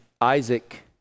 Isaac